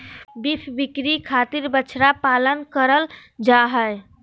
beef बिक्री खातिर बछड़ा पालन करल जा हय